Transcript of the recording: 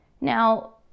Now